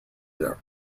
year